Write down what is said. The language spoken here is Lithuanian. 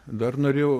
dar norėjau